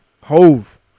Hove